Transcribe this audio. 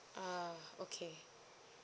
ah okay